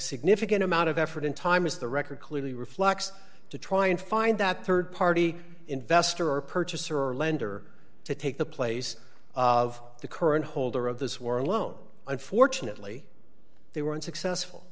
significant amount of effort in time as the record clearly reflects to try and find that rd party investor or purchaser or lender to take the place of the current holder of this war alone unfortunately they were unsuccessful